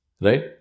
Right